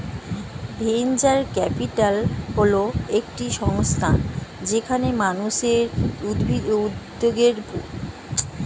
venture capital হল একটি সংস্থা যেখানে মানুষের উদ্যোগে পুঁজি জমানো হয়